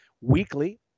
Weekly